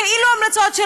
כאילו המלצות,